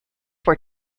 were